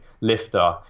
lifter